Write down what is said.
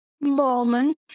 moment